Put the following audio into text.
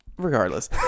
Regardless